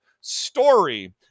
story